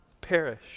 perish